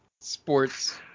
sports